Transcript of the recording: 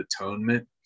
atonement